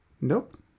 nope